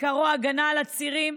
שעיקרו הגנה על הצירים,